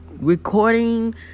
recording